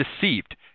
deceived